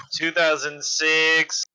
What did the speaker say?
2006